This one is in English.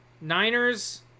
Niners